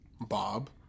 Bob